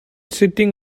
sitting